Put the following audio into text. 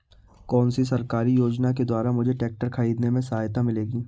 कौनसी सरकारी योजना के द्वारा मुझे ट्रैक्टर खरीदने में सहायता मिलेगी?